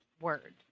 word